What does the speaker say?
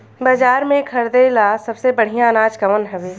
बाजार में खरदे ला सबसे बढ़ियां अनाज कवन हवे?